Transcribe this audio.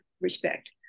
respect